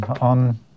on